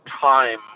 time